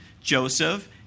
Joseph